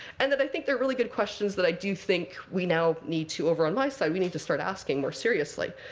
and then, i think they're really good questions that i do think we now need to over on my side, we need to start asking more seriously.